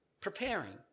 preparing